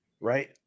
Right